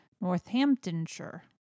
northamptonshire